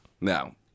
Now